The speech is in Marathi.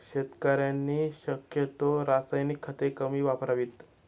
शेतकऱ्यांनी शक्यतो रासायनिक खते कमी वापरावीत